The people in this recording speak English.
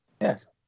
Yes